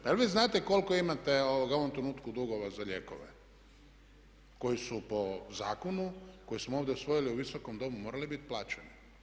Pa jel' vi znate koliko imate u ovom trenutku dugova za lijekove koji su po zakonu koje smo ovdje usvojili u Visokom domu morali bit plaćeni?